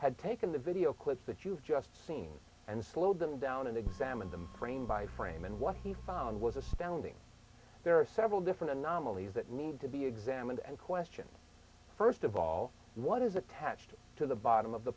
had taken the video clips that you've just seen and slowed them down and examined them frame by frame and what he found was astounding there are several different anomalies that need to be examined and questioned first of all what is attached to the bottom of the